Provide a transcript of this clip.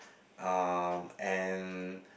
uh and